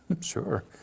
Sure